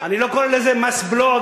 אני לא קורא לזה מס בלו,